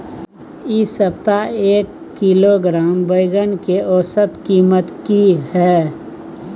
इ सप्ताह एक किलोग्राम बैंगन के औसत कीमत की हय?